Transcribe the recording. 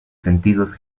sentidos